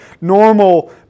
normal